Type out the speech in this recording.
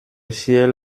ciel